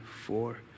four